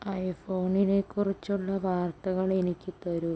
ഐഫോണിനെക്കുറിച്ചുള്ള വാർത്തകൾ എനിക്ക് തരൂ